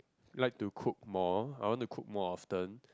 like to cook more I want to cook more often